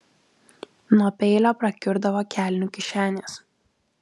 nuo peilio prakiurdavo kelnių kišenės